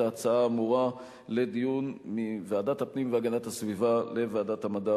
ההצעה האמורה לדיון מוועדת הפנים והגנת הסביבה לוועדת המדע